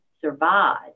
survive